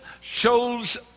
shows